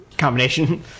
Combination